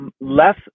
less